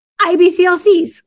IBCLCs